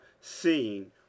seeing